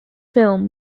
film